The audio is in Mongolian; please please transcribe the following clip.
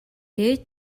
ээж